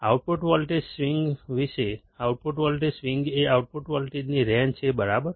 output voltage swing વિશે output voltage swing એ output વોલ્ટેજની રેન્જ છે બરાબર